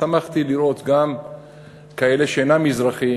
שמחתי לראות גם כאלה שאינם מזרחים,